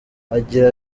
agira